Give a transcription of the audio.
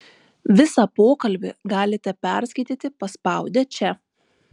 visą pokalbį galite perskaityti paspaudę čia